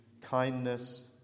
kindness